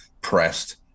pressed